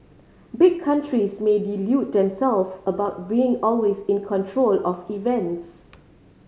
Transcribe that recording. big countries may delude themself about being always in control of events